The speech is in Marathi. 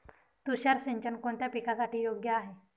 तुषार सिंचन कोणत्या पिकासाठी योग्य आहे?